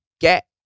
get